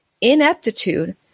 ineptitude